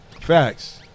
Facts